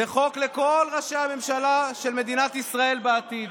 זה חוק לכל ראשי הממשלה של מדינת ישראל בעתיד.